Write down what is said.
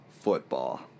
football